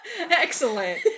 Excellent